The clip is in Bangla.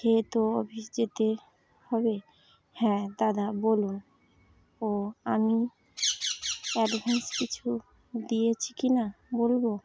খেয়ে তো অফিস যেতে হবে হ্যাঁ দাদা বলুন ও আমি অ্যাডভান্স কিছু দিয়েছি কি না বলবো